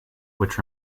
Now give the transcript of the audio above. which